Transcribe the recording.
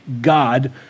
God